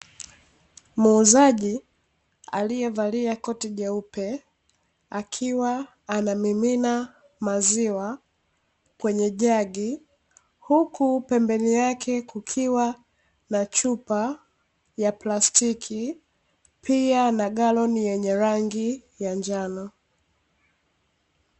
Muuzaji aliyevalia koti jeupe akiwa anamimina maziwa kwenye jagi, huku pembeni yake kukiwa na chupa ya plastiki pia na galoni yenye rangi ya njano.